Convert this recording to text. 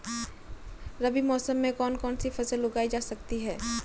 रबी मौसम में कौन कौनसी फसल उगाई जा सकती है?